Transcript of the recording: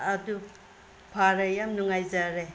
ꯑꯗꯨ ꯐꯔꯦ ꯌꯥꯝ ꯅꯨꯡꯉꯥꯏꯖꯔꯦ